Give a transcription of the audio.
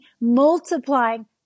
multiplying